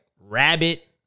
rabbit